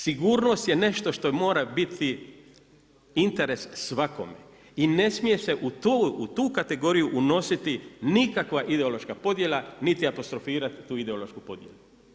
Sigurnost je nešto što mora biti interes svakom i ne smije u tu kategoriju unositi nikakva ideološka podjela niti apostrofirati tu ideološku podjelu.